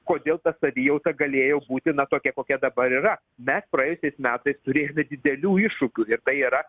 kodėl ta savijauta galėjo būti na tokia kokia dabar yra mes praėjusiais metais turėjom didelių iššūkių ir tai yra